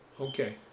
Okay